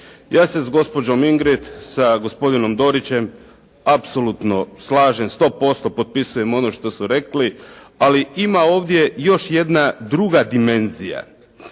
Ja se s gospođom Ingrid, sa gospodinom Dorićem apsolutno slažem, 100% potpisujem ono što su rekli, ali ima ovdje još jedna druga dimenzija.